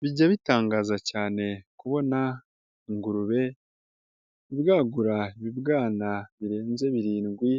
Bijya bitangaza cyane kubona ingurube ibwagura ibibwana birenze birindwi